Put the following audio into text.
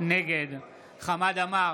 נגד חמד עמאר,